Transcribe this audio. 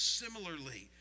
similarly